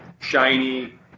shiny